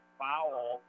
foul